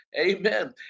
amen